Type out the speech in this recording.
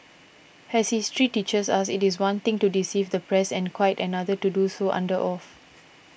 as history teaches us it is one thing to deceive the press and quite another to do so under oath